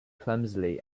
clumsily